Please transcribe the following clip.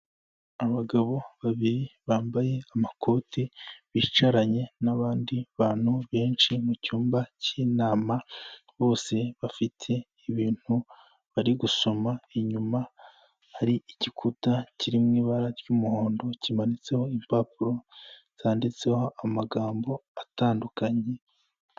Abagabo babiri bambaye amakoti bicaranye n'abandi bantu benshi mu cyumba cy'inama, bose bafite ibintu bari gusoma, inyuma hari igikuta kirimo ibara ry'umuhondo kimanitseho impapuro zanditseho amagambo atandukanye.